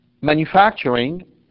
manufacturing